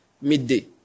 midday